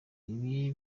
ibi